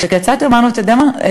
כשיצאתי אמרתי לו, אתה יודע מה?